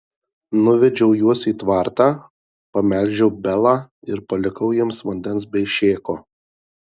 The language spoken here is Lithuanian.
nuvedžiau juos į tvartą pamelžiau belą ir palikau jiems vandens bei šėko